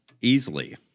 easily